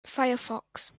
firefox